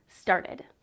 started